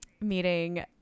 meeting